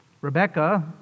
Rebecca